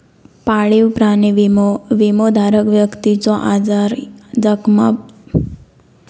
पाळीव प्राणी विमो, विमोधारक व्यक्तीच्यो आजारी, जखमी पाळीव प्राण्याच्या पशुवैद्यकीय उपचारांसाठी पैसो देता